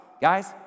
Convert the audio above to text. Guys